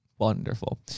Wonderful